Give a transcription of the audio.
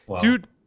Dude